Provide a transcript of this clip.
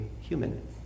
human